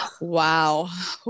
Wow